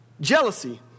jealousy